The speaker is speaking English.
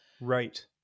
Right